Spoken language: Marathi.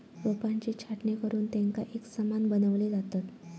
रोपांची छाटणी करुन तेंका एकसमान बनवली जातत